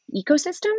ecosystem